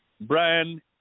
Brian